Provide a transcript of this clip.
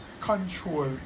control